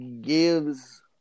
gives